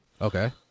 Okay